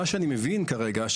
מה שאני מבין כרגע,